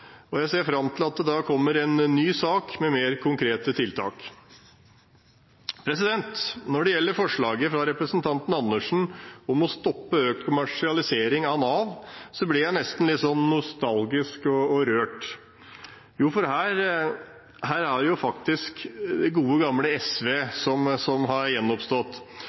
og jeg ser fram til at det kommer en ny sak med mer konkrete tiltak. Når det gjelder forslaget fra representanten Karin Andersen om å stoppe økt kommersialisering av arbeidsrettede tiltak for å sikre best mulig kvalitet og resultater i Nav, ble jeg nesten litt nostalgisk og rørt. Her er det jo det gode, gamle SV som har gjenoppstått.